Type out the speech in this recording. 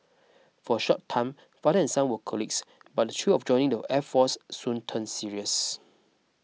for a short time father and son were colleagues but the thrill of joining the air force soon turn serious